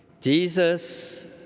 Jesus